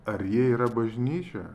ar jie yra bažnyčia